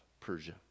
Persia